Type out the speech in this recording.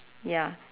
ya